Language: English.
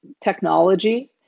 technology